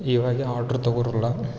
ಇವಾಗ ಆಡ್ರು ತಗೋರಲ್ಲ